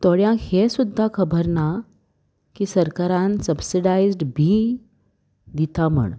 थोड्यांक हे सुद्दां खबर ना की सरकारान सबसिडायज बी दिता म्हण